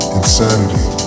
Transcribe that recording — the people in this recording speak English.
insanity